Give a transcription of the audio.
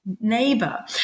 neighbor